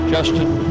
Justin